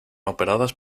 operadas